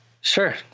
Sure